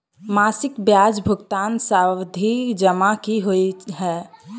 मासिक ब्याज भुगतान सावधि जमा की होइ है?